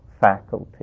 faculty